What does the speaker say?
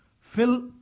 Fill